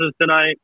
tonight